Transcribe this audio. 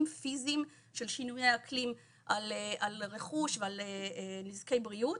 פיזיים של שינויי האקלים על רכוש ועל נזקי בריאות,